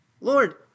Lord